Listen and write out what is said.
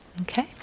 okay